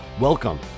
Welcome